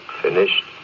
finished